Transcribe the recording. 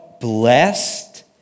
blessed